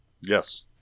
Yes